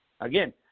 Again